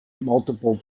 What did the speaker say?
multiple